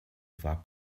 war